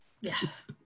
Yes